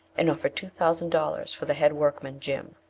and offered two thousand dollars for the head workman, jim.